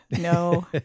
no